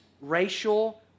racial